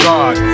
God